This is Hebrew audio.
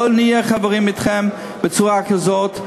לא נהיה חברים אתכם בצורה כזאת,